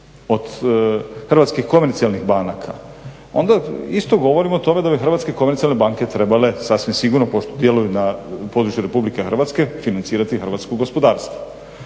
od hrvatskih komercijalnih banaka onda isto govorimo o tome da bi hrvatske komercijalne banke trebale sasvim sigurno pošto djeluju na području RH financirati hrvatsko gospodarstvo.